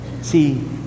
See